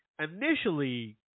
Initially